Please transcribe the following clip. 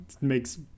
makes